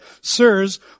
Sirs